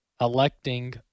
electing